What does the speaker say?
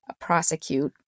prosecute